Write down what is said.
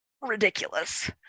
ridiculous